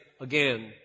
again